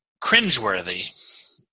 cringeworthy